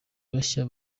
bashya